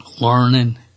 learning